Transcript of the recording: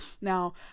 now